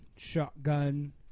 Shotgun